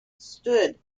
stood